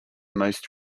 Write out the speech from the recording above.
most